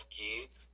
kids